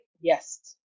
Yes